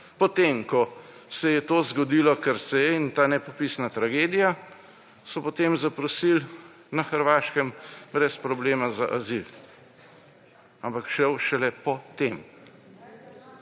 Potem ko se je to zgodilo, kar se je in ta nepopisna tragedija, so potem zaprosili na Hrvaškem brez problema za azil. Ampak žal šele potem.